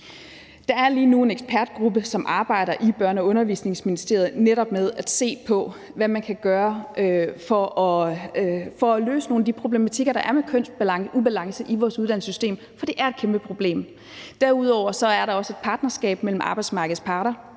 Der er lige nu en ekspertgruppe, som arbejder i Børne- og Undervisningsministeriet med netop at se på, hvad man kan gøre for at løse nogle af de problematikker, der er med kønsubalance i vores uddannelsessystem. For det er et kæmpeproblem. Derudover er der også et partnerskab mellem arbejdsmarkedets parter,